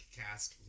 cast